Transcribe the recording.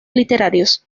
literarios